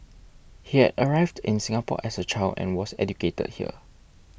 he had arrived in Singapore as a child and was educated here